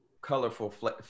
colorful